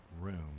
room